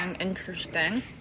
interesting